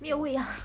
没有位啊